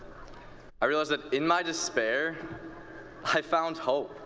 i realized that in my despair i found hope.